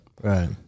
Right